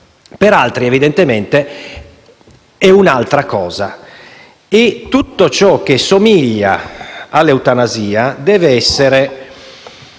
per altri è evidentemente un'altra cosa. Tutto ciò che somiglia all'eutanasia deve essere